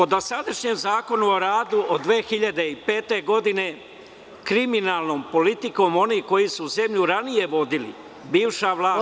Po dosadašnjem Zakonu o radu iz 2005. godine, kriminalnom politikom onih koji su zemlju ranije vodili, bivša vlast…